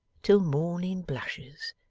till morning blushes.